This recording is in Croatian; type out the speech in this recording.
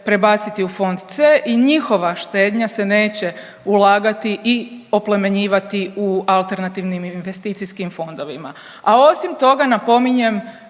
prebaciti u fond C i njihova štedanja se neće ulagati i oplemenjivati u alternativnim investicijskim fondovima. A osim toga napominjem